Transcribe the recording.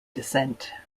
descent